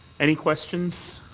any questions?